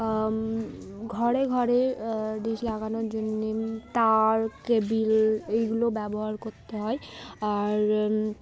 ঘরে ঘরে ডিশ লাগানোর জন্যে তার কেবেল এইগুলো ব্যবহার করতে হয় আর